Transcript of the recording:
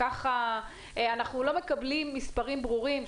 אנחנו לא מקבלים מספרים ברורים,